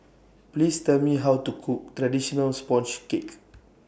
Please Tell Me How to Cook Traditional Sponge Cake